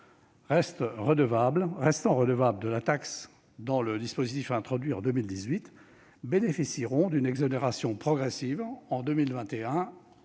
restant redevables de la taxe dans le dispositif introduit en 2018, bénéficieront d'une exonération progressive en 2021